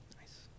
Nice